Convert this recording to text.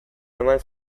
eman